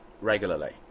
regularly